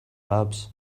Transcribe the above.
apps